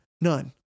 None